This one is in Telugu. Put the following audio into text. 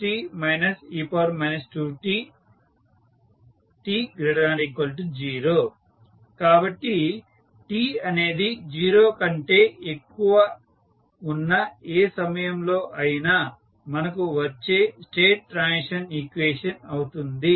5e 2t e t e 2t t≥0 కాబట్టి t అనేది జీరో కంటే ఎక్కువ ఉన్న ఏ సమయంలో అయినా మనకు వచ్చే స్టేట్ ట్రాన్సిషన్ ఈక్వేషన్ అవుతుంది